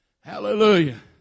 Hallelujah